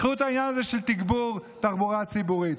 קחו את העניין הזה של תגבור תחבורה ציבורית.